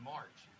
March